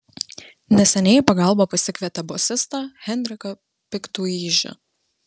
neseniai į pagalbą pasikvietę bosistą henriką piktuižį